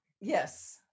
Yes